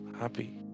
happy